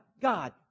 God